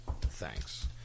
Thanks